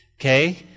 okay